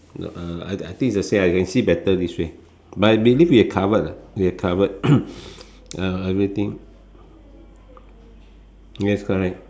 no uh I think I think is the same I can see better this way but I believe we've covered we've covered uh everything yes correct